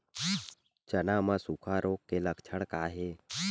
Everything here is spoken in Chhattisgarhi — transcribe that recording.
चना म सुखा रोग के लक्षण का हे?